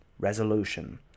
Resolution